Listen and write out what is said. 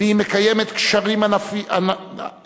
והיא מקיימת קשרים ענפים,